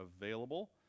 available